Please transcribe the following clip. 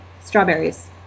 Strawberries